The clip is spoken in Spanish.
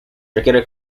requiere